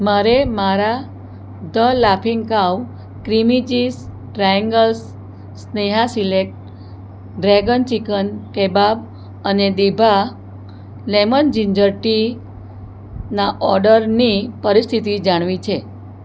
મારે મારા the Laughing Cow creamy cheese triangles Sneha select dragon chicken kebab અને દીભા લેમન જીંજર ટીના ઓર્ડરની પરિસ્થિતિ જાણવી છે